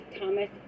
Thomas